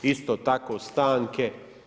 Isto tako stanke.